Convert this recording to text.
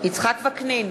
יצחק וקנין,